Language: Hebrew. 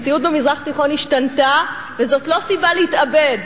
המציאות במזרח התיכון השתנתה וזאת לא סיבה להתאבד.